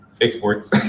Exports